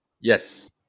Yes